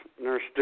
Nurse